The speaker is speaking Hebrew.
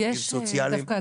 עובדים סוציאליים -- יש דווקא,